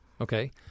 Okay